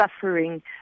suffering